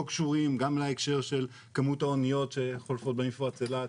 קשורים גם לכמות האניות שחולפות במפרץ אילת,